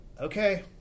okay